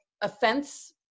offense